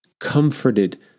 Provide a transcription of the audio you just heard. comforted